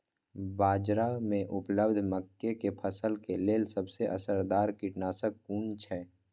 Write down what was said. बाज़ार में उपलब्ध मके के फसल के लेल सबसे असरदार कीटनाशक कुन छै?